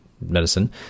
medicine